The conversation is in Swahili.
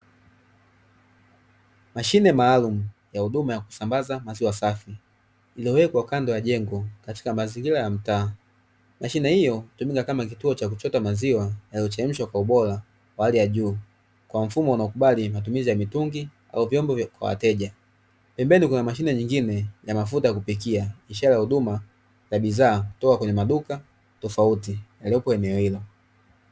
Mashine maalumu ya huduma ya kusambaza maziwa safi, iliyowekwa kando ya jengo katika mazingira ya mtaa. Mashine hiyo hutumika kama kituo cha kuchota maziwa, yaliyochemshwa kwa ubora wa hali ya juu, kwa mfumo unaokubali matumizi ya mitungi au vyombo kwa wateja. Pembeni kuna mashine nyingine ya mafuta ya kupikia, ishara ya huduma ya bidhaa kutoka kwenye maduka tofauti, yaliyopo eneo hilo.